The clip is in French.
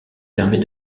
permet